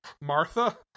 Martha